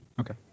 Okay